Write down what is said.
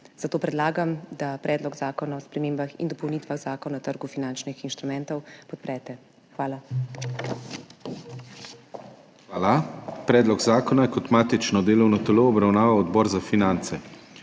Zato predlagam, da Predlog zakona o spremembah in dopolnitvah Zakona o trgu finančnih instrumentov podprete. Hvala. **PODPREDSEDNIK DANIJEL KRIVEC:** Hvala. Predlog zakona je kot matično delovno telo obravnaval Odbor za finance.